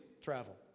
travel